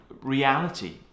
reality